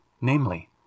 namely